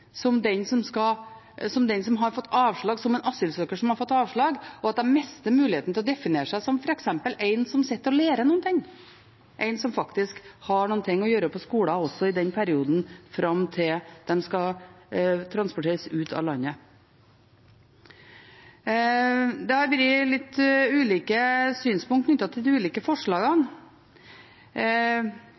som en asylsøker som har fått avslag, og at de mister muligheten til å definere seg som f.eks. en som sitter og lærer noe, en som faktisk har noe å gjøre på skolen, også i perioden fram til de skal transporteres ut av landet. Det har vært litt ulike synspunkter knyttet til de ulike forslagene.